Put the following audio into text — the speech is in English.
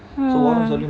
mm